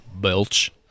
Belch